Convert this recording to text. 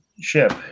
ship